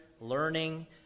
learning